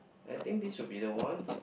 I think this should be the one